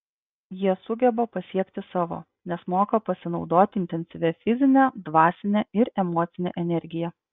jie sugeba pasiekti savo nes moka pasinaudoti intensyvia fizine dvasine ir emocine energija